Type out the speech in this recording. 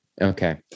Okay